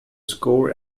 score